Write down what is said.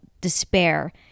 despair